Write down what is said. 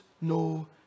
no